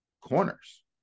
corners